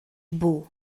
buc